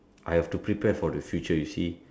I have to prepare for the future you see